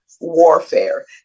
warfare